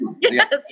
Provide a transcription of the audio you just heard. yes